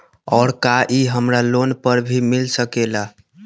और का इ हमरा लोन पर भी मिल सकेला?